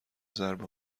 ضربه